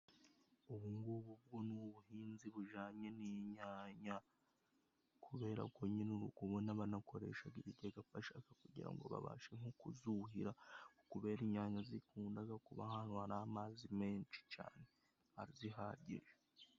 Ubu ngubu bwo ni ubuhinzi bujyanye n'inyanya kubera ko nyine uri kubona banakoreshaga ibigega bashaka kugira ngo babashe nko kuzuhira， kubera inyanya zikundaga kuba ahantu hari amazi menshi cyane azihagije.